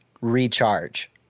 Recharge